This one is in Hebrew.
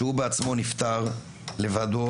שהוא בעצמו נפטר לבדו,